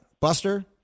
Buster